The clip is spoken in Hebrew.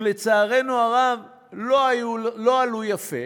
ולצערנו הרב הם לא עלו יפה